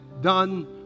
done